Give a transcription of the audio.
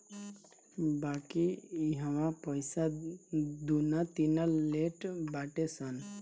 बाकी इहवा पईसा दूना तिना लेट बाटे सन